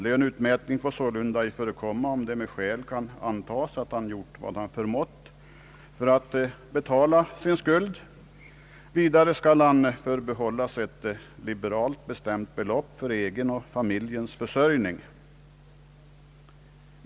Löneutmätning får sålunda ej förekomma, om det med skäl kan antas, att han har gjort vad han förmått för att betala sin skuld. Vidare skall han förbehållas ett liberalt bestämt belopp för egen och familjens försörjning.